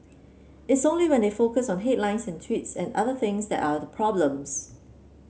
it's only when they focus on headlines and tweets and other things that are problems